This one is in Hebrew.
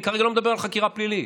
אני כרגע לא מדבר על חקירה פלילית.